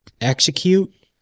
execute